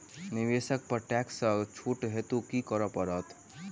निवेश पर टैक्स सँ छुट हेतु की करै पड़त?